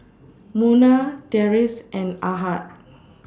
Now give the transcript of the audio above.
Munah Deris and Ahad